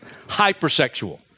hypersexual